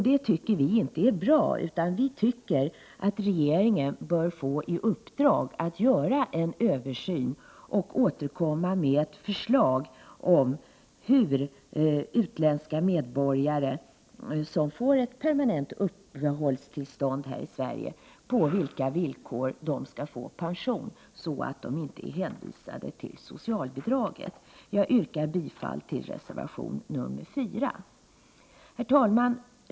Det tycker vi inte är bra, utan vi menar att regeringen bör få i uppdrag att göra en översyn och återkomma med ett förslag om hur och på vilka villkor utländska medborgare som får ett permanent uppehållstillstånd i Sverige kan få pension, så att de inte är hänvisade till socialbidrag. Jag yrkar bifall till reservation 4. Herr talman!